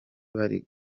bari